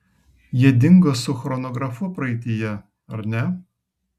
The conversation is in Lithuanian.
jie dingo su chronografu praeityje ar ne